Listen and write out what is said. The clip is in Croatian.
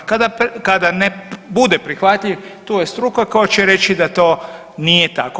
Kada ne bude prihvatljiv tu je struka koja će reći da to nije tako.